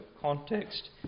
context